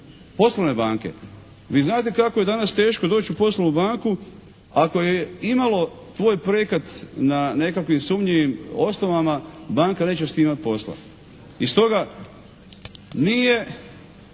poslovne banke. Vi znate kako je danas teško doći u poslovnu banku ako je imalo tvoj projekat na nekakvim sumnjivim osnovama, banka neće imati s time posla. I stoga nije